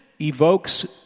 evokes